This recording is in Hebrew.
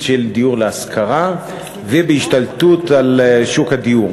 של דיור להשכרה ובהשתלטות על שוק הדיור.